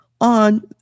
on